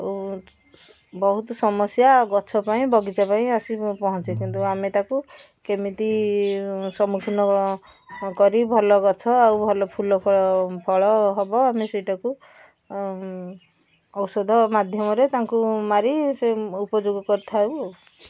ଆଉ ବହୁତ ସମସ୍ୟା ଗଛ ପାଇଁ ବଗିଚା ପାଇ ଆସି ପହଞ୍ଚେ କିନ୍ତୁ ଆମେ ତାକୁ କେମିତି ସମ୍ମୁଖୀନ କରି ଭଲ ଗଛ ଆଉ ଭଲ ଫୁଲ ଫଳ ଫଳ ହେବ ଆମେ ସେଇଟାକୁ ଔଷଧ ମାଧ୍ୟମରେ ତାଙ୍କୁ ମାରି ସେ ଉପଯୋଗ କରିଥାଉ ଆଉ